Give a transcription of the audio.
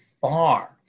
far